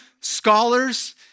scholars